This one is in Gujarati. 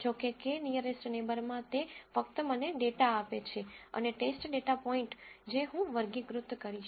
જો કે k નીઅરેસ્ટ નેબરમાં તે ફક્ત મને ડેટા આપે છે અને ટેસ્ટ ડેટા પોઇન્ટ જે હું વર્ગીકૃત કરીશ